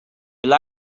will